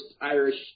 Irish